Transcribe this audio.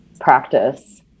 practice